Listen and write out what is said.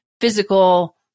physical